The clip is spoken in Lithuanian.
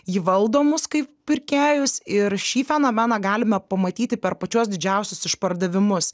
ji valdo mus kaip pirkėjus ir šį fenomeną galime pamatyti per pačiuos didžiausius išpardavimus